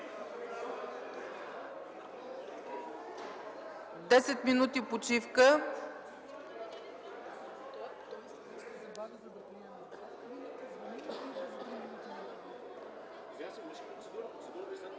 30 минути почивка,